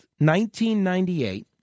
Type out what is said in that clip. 1998